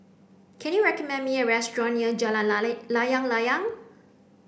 can you recommend me a restaurant near Jalan Layang Layang